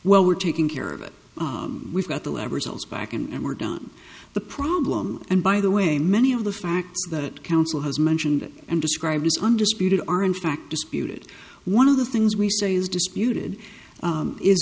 well we're taking care of it we've got the lab results back and we're done the problem and by the way many of the fact that counsel has mentioned it and described as undisputed are in fact disputed one of the things we say is disputed